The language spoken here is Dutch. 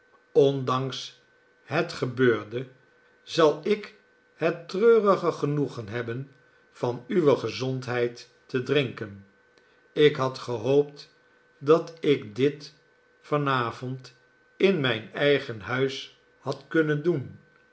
ondanks het gebeurde zal ik het treurige genoegen hebben van uwe gezondheid te drinken ik had gehoopt dat ik dit van avond in mijn eigen huis had kunnen doen